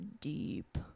deep